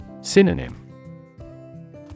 Synonym